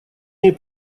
ней